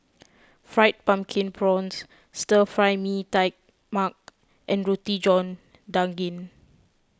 Fried Pumpkin Prawns Stir Fry Mee Tai Mak and Roti John Daging